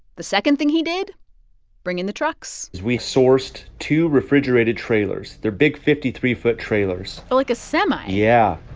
the second thing he did bring in the trucks we sourced two refrigerated trailers. they're big, fifty three foot trailers like a semi yeah.